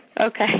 Okay